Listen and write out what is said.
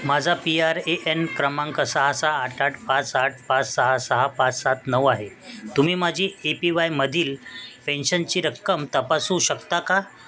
माझा P R A N क्रमांक सहा सहा आठ आठ पाच आठ पाच सहा सहा पाच सात नऊ आहे तुम्ही माझी ए पी वायमधील पेन्शनची रक्कम तपासू शकता का